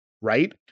right